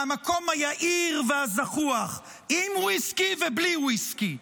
מהמקום היהיר והזחוח, עם ויסקי ובלי ויסקי.